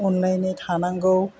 अनलायनाय थानांगौ